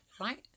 right